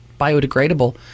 biodegradable